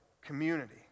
community